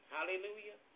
Hallelujah